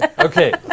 Okay